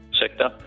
sector